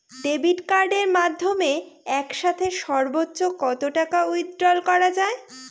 Debit কার্ডের মাধ্যমে একসাথে সর্ব্বোচ্চ কত টাকা উইথড্র করা য়ায়?